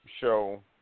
show